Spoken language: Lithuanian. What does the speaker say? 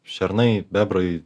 šernai bebrai